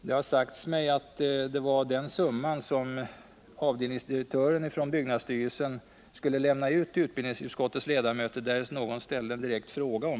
Det har sagts mig att det var denna summa som avdelningsdirektören från byggnadsstyrelsen skulle lämna ut till utbildningsutskottets ledamöter, därest någon ställde en direkt fråga.